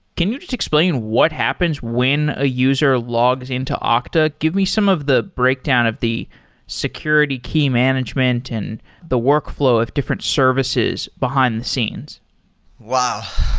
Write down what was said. can you just explain what happens when a user logs in to ah okta? give me some of the breakdown of the security key management and the workflow of different services behind-the-scenes wow!